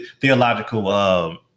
theological